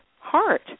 heart